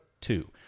Two